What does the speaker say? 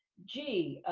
gee.